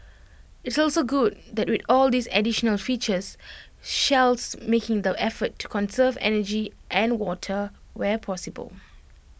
it's also good that with all these additional features Shell's making the effort to conserve energy and water where possible